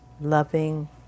loving